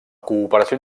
cooperació